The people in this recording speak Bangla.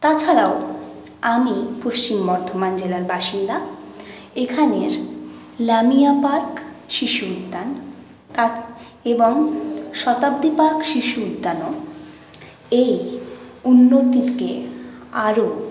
তাছাড়াও আমি পশ্চিম বর্ধমান জেলার বাসিন্দা এখানের লামিয়া পার্ক শিশু উদ্যান কা এবং শতাব্দী পার্ক শিশু উদ্যানও এই উন্নতিকে আরো